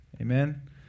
Amen